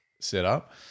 setup